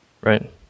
Right